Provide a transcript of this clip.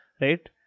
right